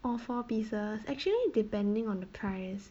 or four pieces actually depending on the price